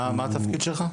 מה התפקיד שלך?